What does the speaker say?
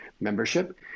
membership